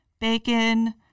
bacon